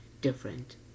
different